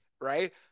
right